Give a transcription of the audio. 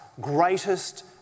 greatest